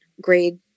grade